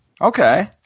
okay